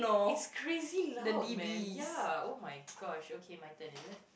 it's crazy loud man ya oh my gosh okay my turn is it